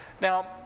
Now